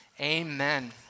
amen